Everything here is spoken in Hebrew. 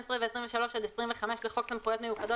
12 ו-23 עד 25 לחוק סמכויות מיוחדות